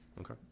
Okay